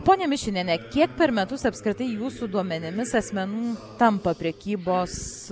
ponia mišiniene kiek per metus apskritai jūsų duomenimis asmenų tampa prekybos